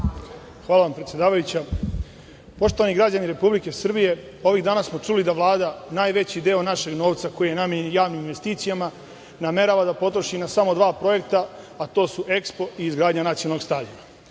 Hvala vam, predsedavajuća. Poštovani građani Republike Srbije, ovih dana smo čuli da Vlada najveći deo našeg novca koji je namenjen javnim investicijama namerava da potroši na samo dva projekta, a to su EKSPO i izgradnja nacionalnog stadiona.